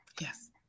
Yes